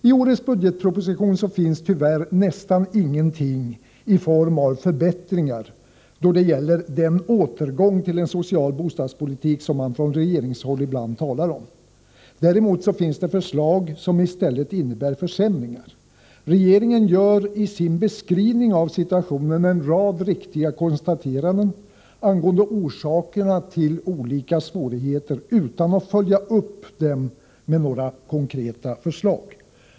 I årets bugetproposition finns tyvärr nästan ingenting i form av förbättringar då det gäller den återgång till en social bostadspolitik som man från regeringshåll ibland talar om. Däremot finns förslag som i stället innebär försämringar. Regeringen gör i sin beskrivning av situationen en rad riktiga konstateranden angående orsakerna till olika svårigheter utan att följa upp dem med några konkreta förslag.